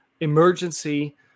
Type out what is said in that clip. emergency